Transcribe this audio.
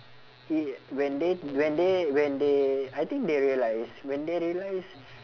when they when they when they I think they realise when they realise